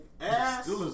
ass